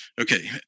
Okay